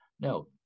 no